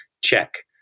check